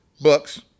books